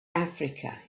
africa